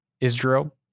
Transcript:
Israel